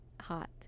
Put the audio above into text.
hot